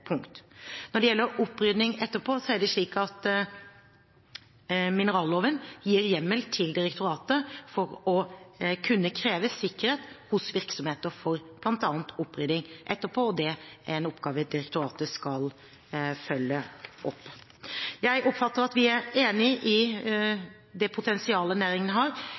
Når det gjelder opprydding etterpå, er det slik at mineralloven gir hjemmel til Direktoratet for mineralforvaltning for å kunne kreve sikkerhet hos virksomheter for bl.a. opprydding etterpå. Det er en oppgave direktoratet skal følge opp. Jeg oppfatter at vi er enige om det potensialet næringen har.